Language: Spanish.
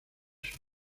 sus